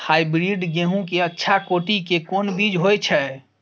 Hybrid गेहूं के अच्छा कोटि के कोन बीज होय छै?